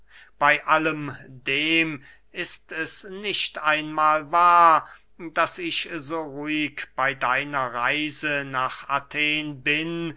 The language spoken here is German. bey allem dem ist es nicht einmahl wahr daß ich so ruhig bey deiner reise nach athen bin